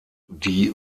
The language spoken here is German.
die